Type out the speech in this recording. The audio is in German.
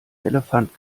elefant